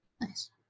Nice